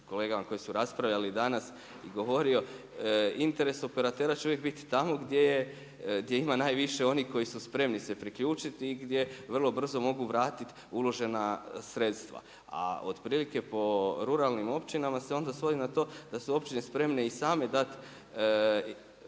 kolegama koji su raspravljali danas govorio, interes operatera će uvijek biti tamo gdje ima najviše onih koji su spremni se priključiti i gdje vrlo brzo mogu vratiti uložena sredstva. A otprilike po ruralnim općinama se onda svodi na to da su općine spreme i same dati